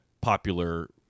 popular